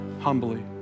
humbly